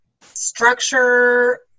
structure